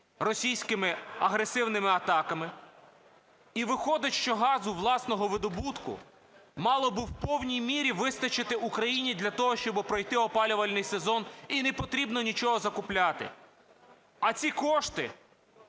російськими агресивними атаками. І виходить, що газу власного видобутку мало би в повній мірі вистачити Україні для того, щоби пройти опалювальний сезон і не потрібно нічого закупляти, а ці кошти